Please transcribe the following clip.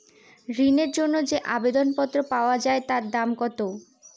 ঋণের জন্য যে আবেদন পত্র পাওয়া য়ায় তার দাম কত?